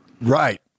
Right